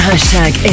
Hashtag